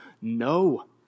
no